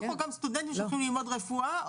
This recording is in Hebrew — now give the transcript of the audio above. או גם סטודנטים שהולכים ללמוד רפואה?